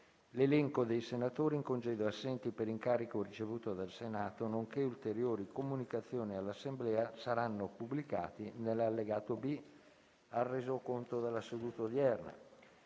L'elenco dei senatori in congedo e assenti per incarico ricevuto dal Senato, nonché ulteriori comunicazioni all'Assemblea saranno pubblicati nell'allegato B al Resoconto della seduta odierna.